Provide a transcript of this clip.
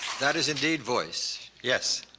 that is indeed voice. yes.